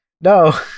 No